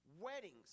weddings